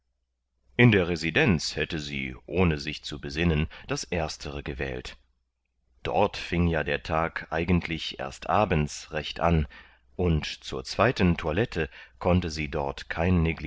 in der residenz hätte sie ohne sich zu besinnen das erstere gewählt dort fing ja der tag eigentlich erst abends recht an und zur zweiten toilette konnte sie dort kein